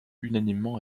unanimement